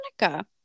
Monica